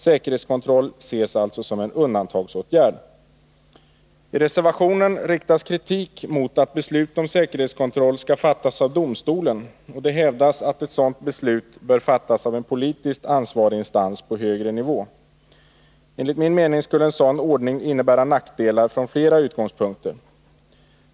Säkerhetskontroll ses alltså som en undantagsåtgärd. I reservationen riktas kritik mot att beslut om säkerhetskontroll skall fattas av domstolen, och det hävdas att ett sådant beslut bör fattas av en politiskt ansvarig instans på högre nivå. Enligt min mening skulle en sådan ordning innebära nackdelar från flera utgångspunkter.